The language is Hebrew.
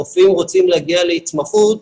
רופאים רוצים להגיע להתמחות